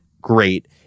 great